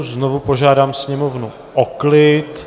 Znovu požádám Sněmovnu o klid.